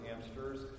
hamsters